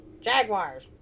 Jaguars